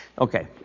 Okay